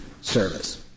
service